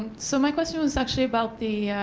so my question was actually about the